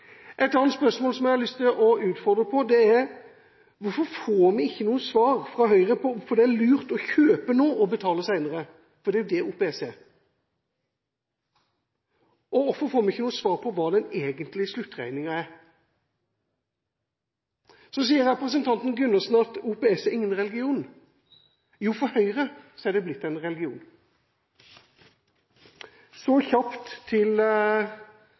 Et annet spørsmål som jeg har lyst til å utfordre på, er: Hvorfor får vi ikke noe svar fra Høyre på hvorfor det er lurt å kjøpe nå, og betale senere? For det er jo det OPS er. Og hvorfor får vi ikke noe svar på hva den egentlige sluttregningen er? Representanten Gundersen sier at OPS er ingen religion. Jo, for Høyre er det blitt en religion. Så kjapt til